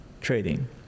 trading